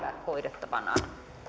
hoidettavanaan